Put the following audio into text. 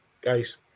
guys